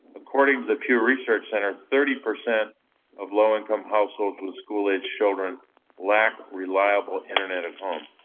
according to the pew research center, thirty percent of low income households with school aged children lack reliable internet at home.